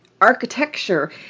architecture